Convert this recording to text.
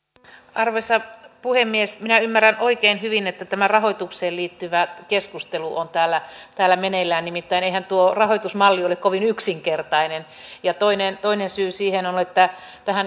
arvoisa puhemies minä ymmärrän oikein hyvin että tämä rahoitukseen liittyvä keskustelu on täällä meneillään nimittäin eihän tuo rahoitusmalli ole kovin yksinkertainen toinen toinen syy siihen on on että tähän